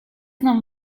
nam